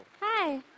Hi